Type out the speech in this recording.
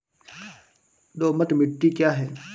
दोमट मिट्टी क्या है?